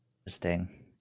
Interesting